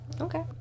Okay